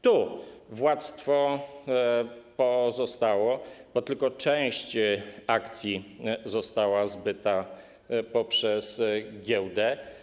Tu władztwo pozostało, bo tylko część akcji została zbyta poprzez giełdę.